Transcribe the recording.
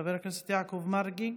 חבר הכנסת יעקב מרגי,